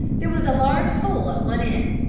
there was a large hole at one end,